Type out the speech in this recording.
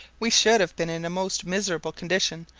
we should have been in a most miserable condition,